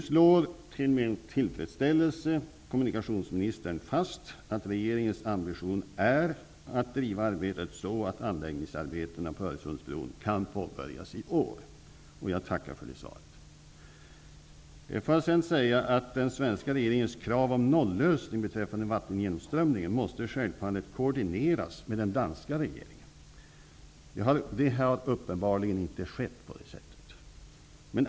Till min tillfredsställelse slår nu kommunikationsministern fast att regeringens ambition är att driva arbetet så att anläggningsarbetena på Öresundsbron kan påbörjas i år. Jag tackar för det svaret. Den svenska regeringens krav på nollösning beträffande vattengenomströmningen måste självfallet koordineras med den danska regeringens. Det har uppenbarligen inte skett.